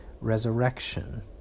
resurrection